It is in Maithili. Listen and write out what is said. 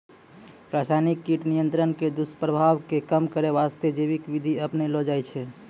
रासायनिक कीट नियंत्रण के दुस्प्रभाव कॅ कम करै वास्तॅ जैविक विधि अपनैलो जाय छै